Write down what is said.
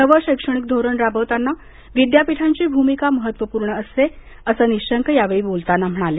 नवं शैक्षणिक धोरण राबवताना विद्यापीठांची भूमिका महत्त्वपूर्ण असते असं निशंक यावेळी म्हणाले